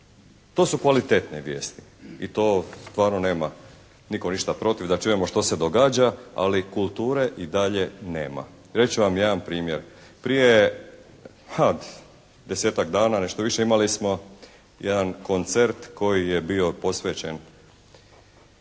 To su kvalitetne vijesti. I to stvarno nema nitko ništa protiv da čujemo što se događa, ali kulture i dalje nema. Reći ću vam jedan primjer. Prije desetak dana, nešto više imali smo jedan koncert koji je bio posvećen